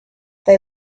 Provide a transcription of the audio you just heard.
they